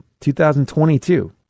2022